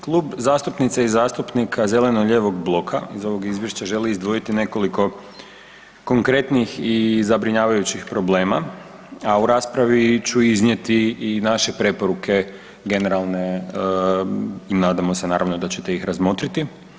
Klub zastupnica i zastupnika zeleno-lijevog bloka iz ovog izvješća želi izdvojiti nekoliko konkretnih i zabrinjavajućih problema a u raspravi ću iznijeti i naše preporuke generalne i nadamo se naravno da ćete ih razmotriti.